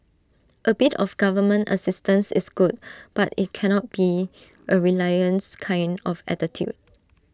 A bit of government assistance is good but IT cannot be A reliance kind of attitude